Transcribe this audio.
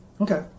okay